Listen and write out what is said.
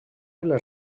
les